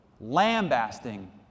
lambasting